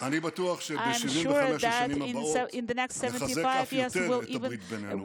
אני בטוח שב-75 השנים הבאות נחזק אף יותר את הברית בינינו,